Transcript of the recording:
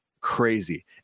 crazy